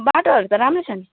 बाटोहरू त राम्रै छ नि